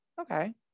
Okay